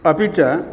अपि च